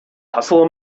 hustle